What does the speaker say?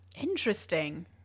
Interesting